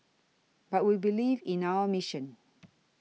but we believe in our mission